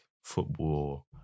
football